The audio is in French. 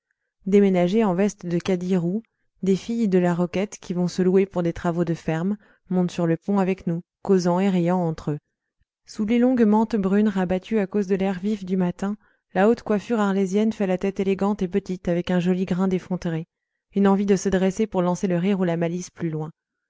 ménagers en veste de cadis roux des filles de la roquette qui vont se louer pour des travaux des fermes montent sur le pont avec nous causant et riant entre eux sous les longues mantes brunes rabattues à cause de l'air vif du matin la haute coiffure arlésienne fait la tête élégante et petite avec un joli grain d'effronterie une envie de se dresser pour lancer le rire ou la malice plus loin